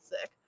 sick